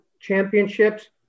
championships